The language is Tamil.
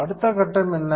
அடுத்த கட்டம் என்ன